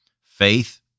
faith